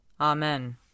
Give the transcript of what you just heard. Amen